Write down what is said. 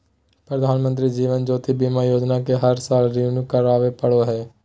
प्रधानमंत्री जीवन ज्योति बीमा योजना के हर साल रिन्यू करावे पड़ो हइ